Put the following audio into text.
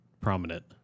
prominent